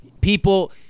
people